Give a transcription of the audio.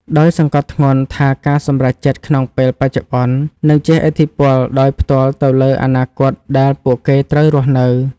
ដោយសង្កត់ធ្ងន់ថាការសម្រេចចិត្តក្នុងពេលបច្ចុប្បន្ននឹងជះឥទ្ធិពលដោយផ្ទាល់ទៅលើអនាគតដែលពួកគេត្រូវរស់នៅ។